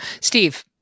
Steve